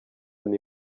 nti